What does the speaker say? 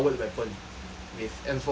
with N four A one